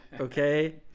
Okay